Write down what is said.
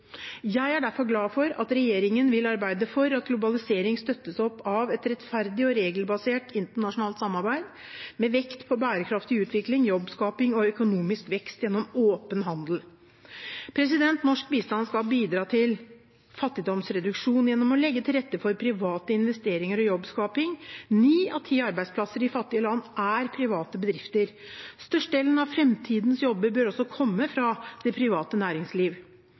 Jeg er derfor glad for at regjeringen vil arbeide for at globaliseringen støttes opp av et rettferdig og regelbasert internasjonalt samarbeid, med vekt på bærekraftig utvikling, jobbskaping og økonomisk vekst gjennom åpen handel. Norsk bistand skal bidra til fattigdomsreduksjon gjennom å legge til rette for private investeringer og jobbskaping. Ni av ti arbeidsplasser i fattige land er i private bedrifter. Størstedelen av framtidens jobber bør også komme fra det private næringsliv.